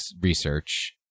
research